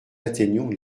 atteignons